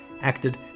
acted